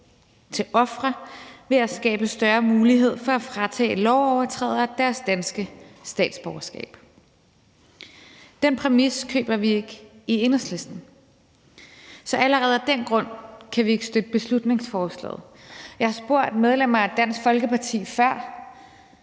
til ofre ved at skabe større mulighed for at fratage lovovertrædere deres danske statsborgerskab. Den præmis køber vi ikke i Enhedslisten. Så allerede af den grund kan vi ikke støtte beslutningsforslaget. Jeg har spurgt medlemmer af Dansk Folkeparti før: